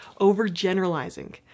overgeneralizing